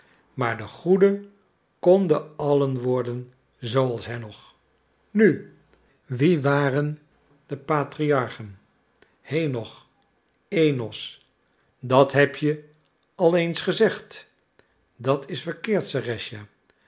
maar de goede konden allen worden zooals henoch nu wie waren de patriarchen henoch enos dat heb je al eens gezegd dat is verkeerd